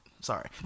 Sorry